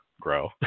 grow